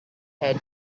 had